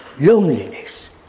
loneliness